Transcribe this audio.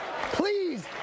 please